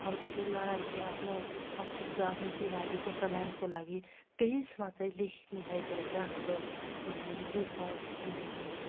हरूको चाहिँ लडाइँ थियो आफ्नो अस्तित्व आफ्नो चिह्नारी गोर्खाल्यान्डको लागि त्यहीमा चाहिँ लेख्नु भएको रहेछ हाम्रो लेखक